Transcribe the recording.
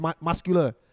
muscular